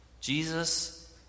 Jesus